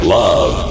love